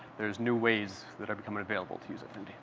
there are new ways that are becoming available to use